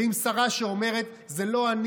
ועם שרה שאומרת: זאת לא אני.